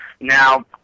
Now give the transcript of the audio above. Now